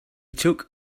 took